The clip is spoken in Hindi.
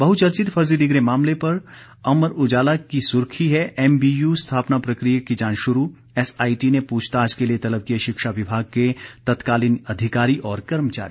बहुचर्चित फर्जी डिग्री मामले पर अमर उजाला की सुर्खी है एमबीयू स्थापना प्रक्रिया की जांच शुरू एसआईटी ने पूछताछ के लिए तलब किए शिक्षा विभाग के तत्कालीन अधिकारी और कर्मचारी